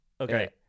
Okay